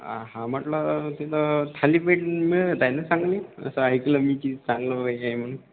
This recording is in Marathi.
आं हा म्हटलं तिथं थालीपीठ मिळत आहे ना चांगली असं ऐकलं मी की चांगलं वगैरे आहे म्हणून